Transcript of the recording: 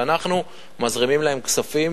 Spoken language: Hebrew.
ואנחנו מזרימים להם כספים